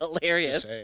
hilarious